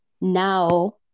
now